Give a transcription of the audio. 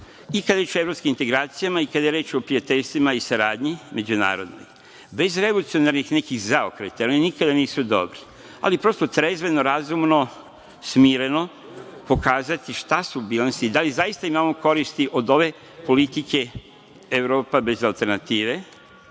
i kada je reč o evropskim integracijama i kada je reč o prijateljstvima i saradnji međunarodnoj. Bez revolucionarnih nekih zaokreta jer oni nikada nisu dobri, ali prosto trezveno, razumno, smireno pokazati šta su bilansi i da li zaista imamo koristi od ove politike „Evropa bez alternative“